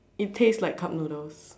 it taste like cup noodles